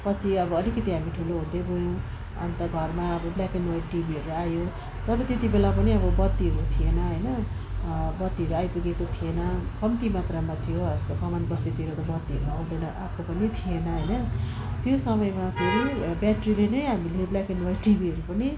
पछि अब अलिकति हामी ठुलो हुँदै गयौँ अन्त घरमा अब ब्ल्याक एन्ड ह्वाइट टिभीहरू आयो तर त्यत्ति बेला पनि अब बत्तीहरू थिएन होइन बत्तीहरू आइपुगेको थिएन कम्ती मात्रामा थियो हो यस्तो कमानबस्तीहरूतिर त बत्तीहरू आउँदैन आएको पनि थिएन होइन त्यो समयमा फेरि ब्याट्रीले नै हामीले ब्ल्याक एन्ड ह्वाइट टिभीहरू पनि